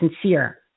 sincere